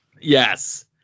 Yes